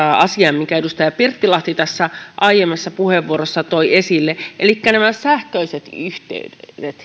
asian minkä edustaja pirttilahti tässä aiemmassa puheenvuorossaan toi esille elikkä nämä sähköiset yhteydet